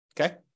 Okay